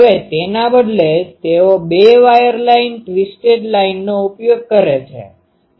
હવે તેના બદલે તેઓ બે વાયર લાઇન ટ્વિસ્ટેડ લાઇનનો ઉપયોગ કરે છે